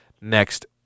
next